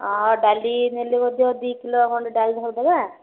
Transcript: ହଁ ଡ଼ାଲି ନେଲେ ମଧ୍ୟ ଦୁଇ କିଲୋ ଆପଣ ଡ଼ାଲି ସବୁ ଦେବା